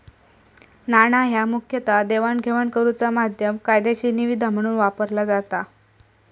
नाणा ह्या मुखतः देवाणघेवाण करुचा माध्यम, कायदेशीर निविदा म्हणून वापरला जाता